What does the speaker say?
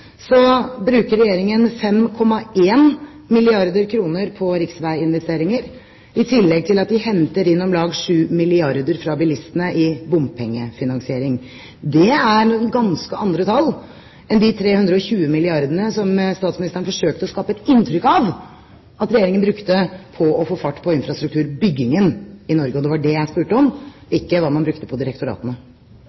så bruker Regjeringen 5,1 milliarder kr på riksveiinvesteringer – i tillegg til at de henter inn om lag 7 milliarder kr fra bilistene i bompengefinansiering. Det er ganske andre tall enn de 320 milliarder kr som statsministeren forsøkte å skape et inntrykk av at Regjeringen brukte på å få fart på infrastrukturbyggingen i Norge. Og det var det jeg spurte om